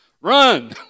Run